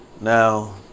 Now